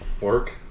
work